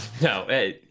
No